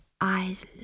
eyes